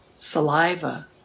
Saliva